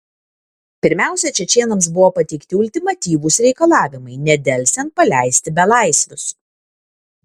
pirmiausia čečėnams buvo pateikti ultimatyvūs reikalavimai nedelsiant paleisti belaisvius